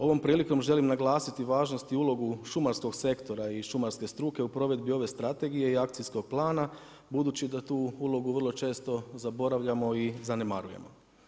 Ovom prilikom želim naglasiti važnost i ulogu šumarskog sektora i šumarske struke u provedbi ove strategije i akcijskog plana, budući da tu ulogu vrlo često zaboravljamo i zanemarujemo.